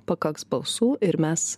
pakaks balsų ir mes